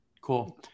Cool